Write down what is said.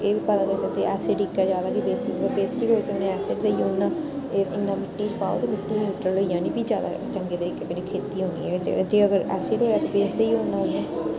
एह् बी पतां करी सकने कि ऐसिड ऐ ज्यादा कि बेसिक ऐ बेसिक होग ते उसी ऐसिड देई ओड़ना ते इन्ना मिट्टी च पाओ ते मिट्टी न्यूट्रल होई जानी फ्ही ज्यादा च फिर चंगे तरीके कन्नै खेती होनी जे अगर ऐसिड होएआ ते बेस देई ओड़ना